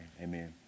Amen